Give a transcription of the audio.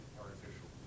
artificial